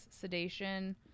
sedation